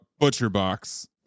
ButcherBox